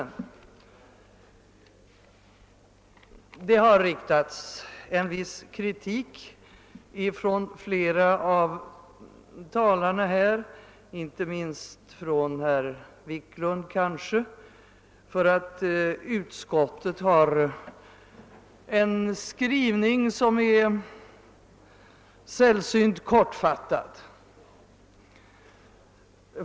Flera av talarna här, och kanske inte minst herr Wiklund i Stockholm, har riktat kritik mot att utskottets skrivning är sällsynt kortfattad.